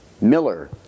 Miller